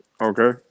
okay